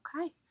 Okay